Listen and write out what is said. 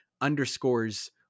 underscores